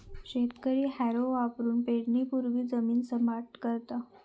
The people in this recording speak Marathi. शेतकरी हॅरो वापरुन पेरणीपूर्वी जमीन सपाट करता